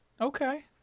Okay